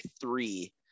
three